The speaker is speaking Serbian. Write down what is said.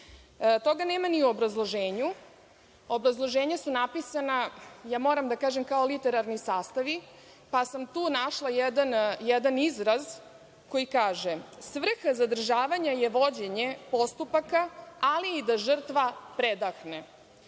Toga nema ni u obrazloženju. Obrazloženja su napisana, moram da kažem, kao literarni sastavi, pa sam tu našla jedan izraz koji kaže – svrha zadržavanja je vođenje postupaka, ali i da žrtva predahne.